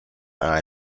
einer